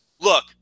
look